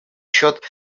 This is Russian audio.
счет